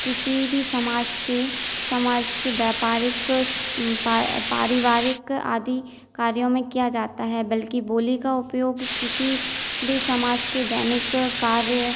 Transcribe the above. किसी भी समाज के समाज के व्यापारिक पारिवारिक आदि कार्यों में किया जाता है बल्कि बोली का उपयोग किसी भी समाज के दैनिक कार्य